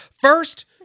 First